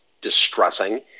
distressing